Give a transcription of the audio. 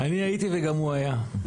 אני הייתי וגם הוא היה.